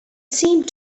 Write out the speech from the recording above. seemed